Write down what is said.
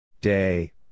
Day